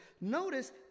Notice